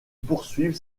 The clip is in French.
poursuivre